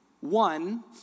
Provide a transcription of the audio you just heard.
one